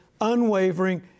unwavering